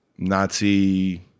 Nazi